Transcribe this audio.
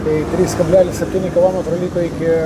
tai trys kablelis septyni kilometrai liko iki